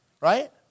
right